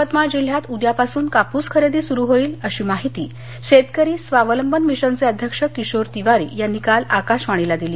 यवतमाळ जिल्ह्यात उद्यापासून कापूस खरेदी सुरु होईल अशी माहिती शेतकरी स्वावलंबन मिशनचे अध्यक्ष किशोर तिवारी यांनी काल आकाशवाणीला दिली